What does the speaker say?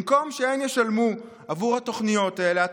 במקום שהן ישלמו עבור התוכניות האלה,